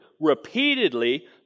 repeatedly